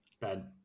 Ben